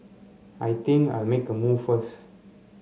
I think I'll make a move first